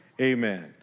Amen